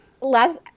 Last